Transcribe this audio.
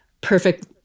perfect